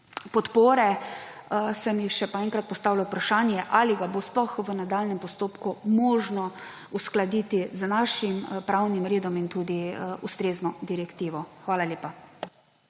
podpore, se mi pa še enkrat postavlja vprašanje, ali ga bo sploh v nadaljnjem postopku možno uskladiti z našim pravnim redom in ustrezno tudi z direktivo. Hvala lepa.